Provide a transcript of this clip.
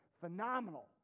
phenomenal